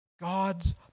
God's